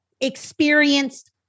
experienced